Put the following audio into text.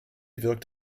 wirkt